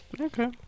Okay